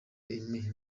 aime